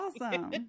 Awesome